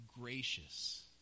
gracious